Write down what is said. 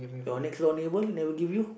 your next door neighbour never give you